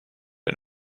het